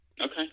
Okay